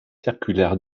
circulaire